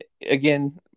again